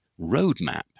roadmap